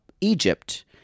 Egypt